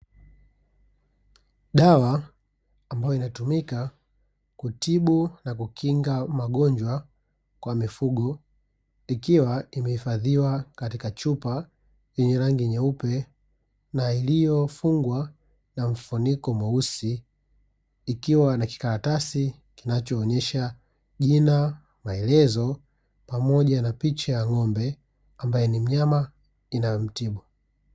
Dawa ambayo inatumika kutibu na kukinga magonjwa kwa mifugo ikiwa imehifadhiwa katika chupa yenye rangi nyeupe na iliyofungwa na mfuniko mweusi ikiwa na kikaratasi kinachoonyesha jina, maelezo pamoja na picha ya ng'ombe ambaye ni mnyama inayemtibu.